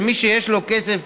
שר התקשורת